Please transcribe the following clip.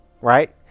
right